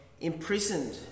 imprisoned